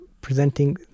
presenting